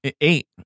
eight